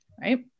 right